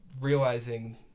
realizing